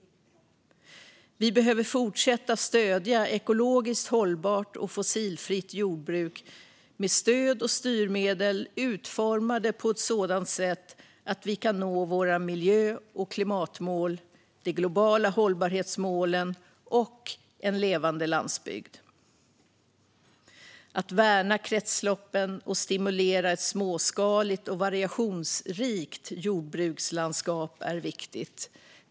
Vi behöver fortsätta att stödja ekologiskt hållbart och fossilfritt jordbruk med stöd och styrmedel utformade på ett sådant sätt att vi kan nå våra miljö och klimatmål, de globala hållbarhetsmålen och en levande landsbygd. Att värna kretsloppen och stimulera ett småskaligt och variationsrikt jordbrukslandskap är viktigt.